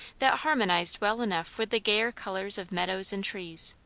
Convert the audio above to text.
that harmonized well enough with the gayer colours of meadows and trees.